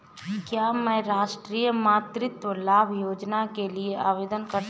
क्या मैं राष्ट्रीय मातृत्व लाभ योजना के लिए आवेदन कर सकता हूँ?